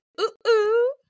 ooh-ooh